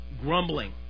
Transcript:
Grumbling